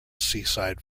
seaside